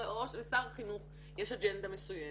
לשר החינוך יש אג'נדה מסוימת,